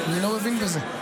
אני לא מבין בזה.